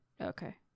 okay